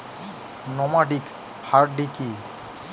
Nomadic হার্ডি কি?